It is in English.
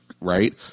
right